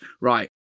Right